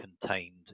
contained